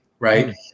right